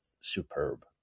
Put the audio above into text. superb